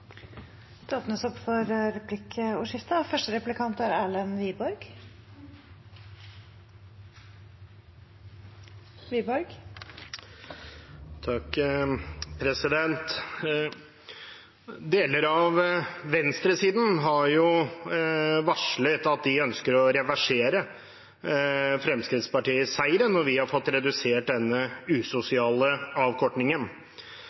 replikkordskifte. Deler av venstresiden har varslet at de ønsker å reversere Fremskrittsparti-seieren når vi har fått redusert denne